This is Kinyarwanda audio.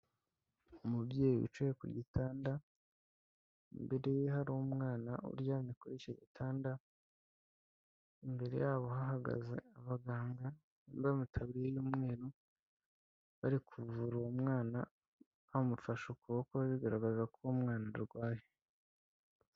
Umubyeyi wicaye ku gitanda imbere ye hari umwana uryamye kuri icyo gitanda, imbere yabo hahagaze abaganga bambaye amataburiye cy'umweru, bari kuvura uwo mwana bamufashe ukuboko bigaragaza ko uwo mwana arwaye.